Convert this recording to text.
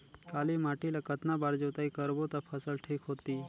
काली माटी ला कतना बार जुताई करबो ता फसल ठीक होती?